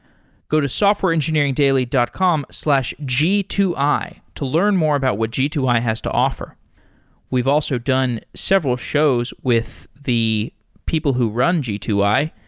go to softwareengineeringdaily dot com slash g two i to learn more about what g two i has to offer we've also done several shows with the people who run g two i,